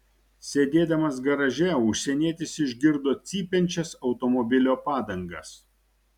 sėdėdamas garaže užsienietis išgirdo cypiančias automobilio padangas